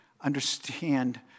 understand